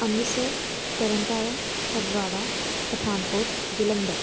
Amritsar Tarn Taran Phagwara Pathankot Jalandhar